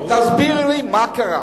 תסבירי לי מה קרה.